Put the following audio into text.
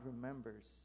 remembers